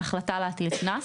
"החלטה להטיל קנס",